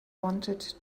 wanted